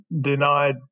denied